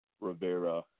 rivera